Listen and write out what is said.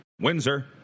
Windsor